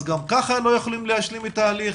גם ככה הם לא יכולים להשלים את ההליך.